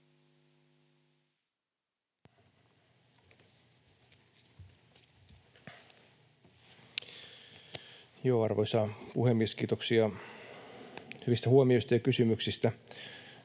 Arvoisa puhemies! Kiitoksia hyvistä huomioista ja kysymyksistä.